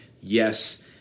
Yes